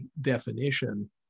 definition